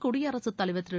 குடியரசுத் தலைவர் திரு